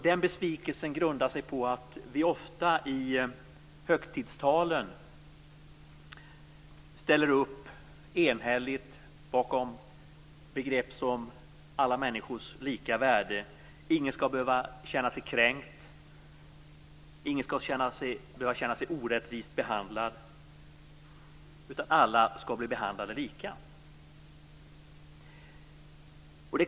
Den besvikelsen grundar sig på att vi ofta i högtidstalen ställer upp enhälligt bakom begrepp som "alla människors lika värde", "ingen skall behöva känna sig kränkt", "ingen skall behöva känna sig orättvist behandlad" och "alla skall behandlas lika".